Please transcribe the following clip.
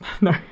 no